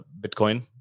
Bitcoin